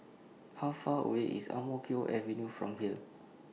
How Far away IS Ang Mo Kio Avenue from here